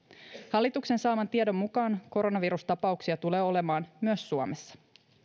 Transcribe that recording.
hallituksen saaman tiedon mukaan koronavirustapauksia tulee olemaan myös suomessa